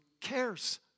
cares